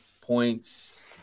points